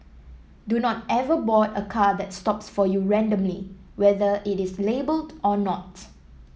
do not ever board a car that stops for you randomly whether it is labelled or not